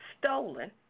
Stolen